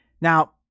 Now